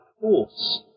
force